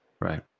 Right